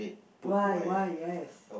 why why yes